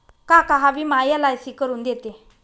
काका हा विमा एल.आय.सी करून देते